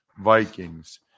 Vikings